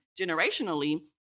generationally